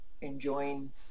enjoying